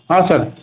ಹಾಂ ಸರ್